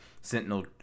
Sentinel